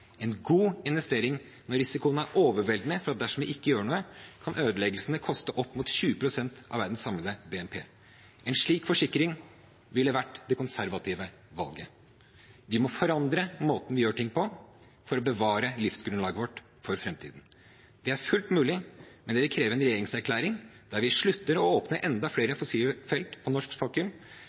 en god investering når risikoen er overveldende for at dersom vi ikke gjør noe, kan ødeleggelsene koste opp mot 20 pst. av verdens samlede BNP. En slik forsikring ville vært det konservative valget. Vi må forandre måten vi gjør ting på, for å bevare livsgrunnlaget vårt for framtiden. Det er fullt mulig, men det vil kreve en regjeringserklæring der vi slutter å åpne enda flere fossile felt på norsk